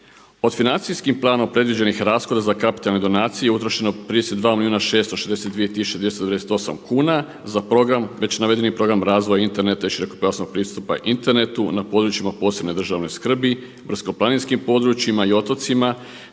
Od financijskim planom predviđenih rashoda za kapitalne donacije utrošeno je 32 milijuna 662 tisuće 298 kuna za program, već navedeni program razvoja interneta i širokopojasnog pristupa internetu na područjima od posebne državne skrbi, brdsko-planinskim područjima i otocima,